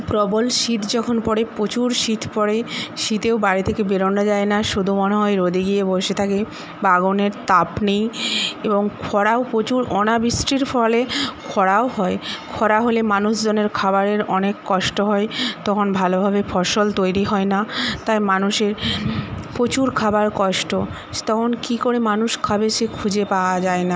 প্রবল শীত যখন পড়ে প্রচুর শীত পড়ে শীতেও বাড়ি থেকে বেরোনো যায় না শুধু মনে হয় রোদে গিয়ে বসে থাকি বা আগুনের তাপ নিই এবং খরাও প্রচুর অনাবৃষ্টির ফলে খরাও হয় খরা হলে মানুষজনের খাবারের অনেক কষ্ট হয় তখন ভালোভাবে ফসল তৈরি হয় না তাই মানুষের প্রচুর খাবার কষ্ট তখন কি করে মানুষ খাবে সে খুঁজে পাওয়া যায় না